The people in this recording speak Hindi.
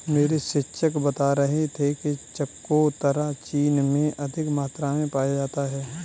मेरे शिक्षक बता रहे थे कि चकोतरा चीन में अधिक मात्रा में पाया जाता है